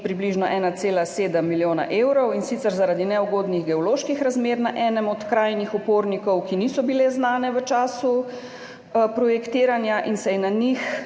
približno 1,7 milijona evrov, in sicer zaradi neugodnih geoloških razmer na enem od krajnih upornikov, ki niso bile znane v času projektiranja in se je na njih